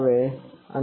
આવે છે